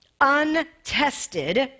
untested